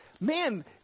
man